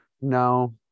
No